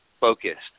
focused